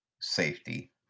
safety